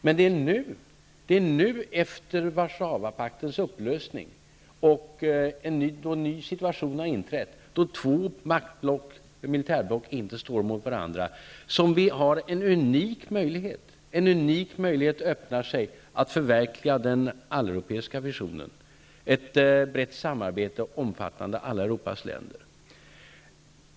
Men det är nu efter det att Warszawapakten har upplösts och en ny situation har inträtt då två militärblock inte står mot varandra som en unik möjlighet öppnar sig att förverkliga den alleuropeiska visionen, dvs. ett brett samarbete omfattande alla Europas länder.